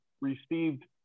received